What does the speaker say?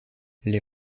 les